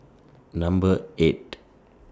Number eight